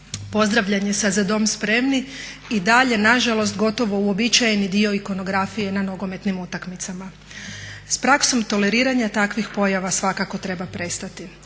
pozdravljanja sa "Za dom spremni" i dalje nažalost gotovo uobičajeni dio ikonografije na nogometnim utakmicama. S praksom toleriranja takvih pojava svakako treba prestati,